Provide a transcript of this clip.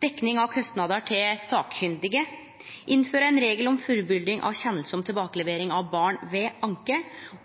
dekning av kostnader til sakkunnige, innføre ein regel om fullbyrding av rettsavgjerd om tilbakelevering av barn ved anke,